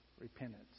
repentance